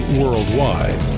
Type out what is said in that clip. worldwide